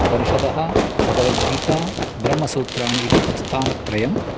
उपनिषदः भगवद्गीता ब्रह्मसूत्राणि इति प्रस्थानत्रयम्